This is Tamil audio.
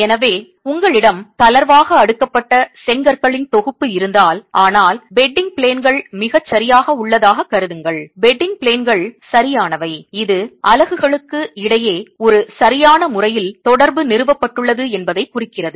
எனவே உங்களிடம் தளர்வாக அடுக்கப்பட்ட செங்கற்களின் தொகுப்பு இருந்தால் ஆனால் பெட்டிங் பிளேன்கள் மிகச் சரியாக உள்ளதாக கருதுங்கள் பெட்டிங் பிளேன்கள் சரியானவை இது அலகுகளுக்கு இடையே ஒரு சரியான முறையில் தொடர்பு நிறுவப்பட்டுள்ளது என்பதைக் குறிக்கிறது